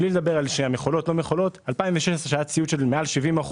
בלי לדבר על מכולות - 2016 שהיה ציות של מעל 70%,